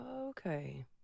Okay